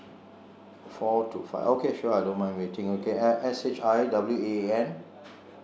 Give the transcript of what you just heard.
four to five okay sure I don't mind waiting okay uh s h i w a a n